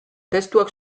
testuak